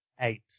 eight